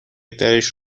درش